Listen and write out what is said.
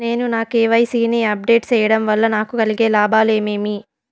నేను నా కె.వై.సి ని అప్ డేట్ సేయడం వల్ల నాకు కలిగే లాభాలు ఏమేమీ?